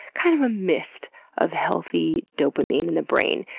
kind of a mist of healthy dopamine in the brain.